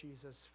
Jesus